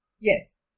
Yes